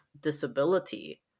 disability